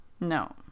No